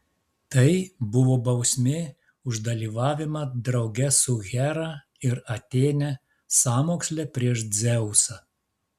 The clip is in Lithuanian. tai buvo bausmė už dalyvavimą drauge su hera ir atėne sąmoksle prieš dzeusą